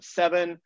seven